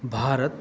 Bharat